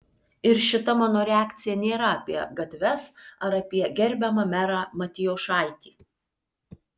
ir šita mano reakcija nėra apie gatves ar apie gerbiamą merą matijošaitį